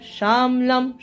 Shamlam